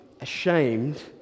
ashamed